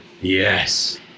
Yes